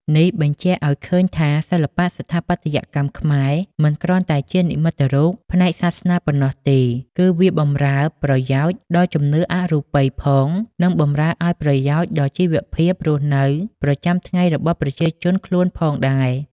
នេះបញ្ជាក់អោយឃើញថាសិល្បៈស្ថាបត្យករខ្មែរ មិនគ្រាន់តែជានិមិត្តរូបផ្នែកសាសនាប៉ុណ្ណោះទេ គឺវាបំរើ ប្រយោជន៏ដល់ជំនឿអរូបយផង និង បំរើអោយប្រយោជន៏ដល់ជីវភាព រស់នៅប្រចាំថ្ងៃរបស់ប្រជាជនខ្លួនផងដែរ ។